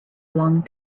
long